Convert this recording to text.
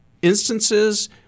instances